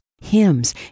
hymns